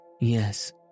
Yes